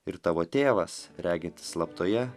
ir tavo tėvas regintis slaptoje